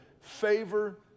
favor